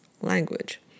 language